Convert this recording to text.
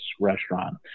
restaurant